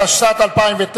התשס"ט 2009,